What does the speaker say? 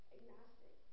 agnostic